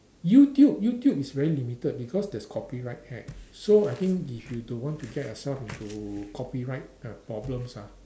YouTube YouTube is very limited because there's copyright act so I think if you don't want to get yourself into copyright problems ah